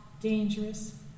dangerous